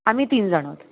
आम्ही तीन जण आहोत